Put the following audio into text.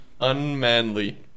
unmanly